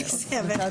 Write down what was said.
רוויזיה.